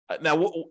Now